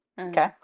okay